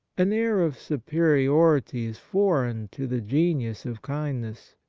an air of superiority is foreign to the genius of kind ness.